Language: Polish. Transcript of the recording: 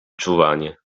czuwanie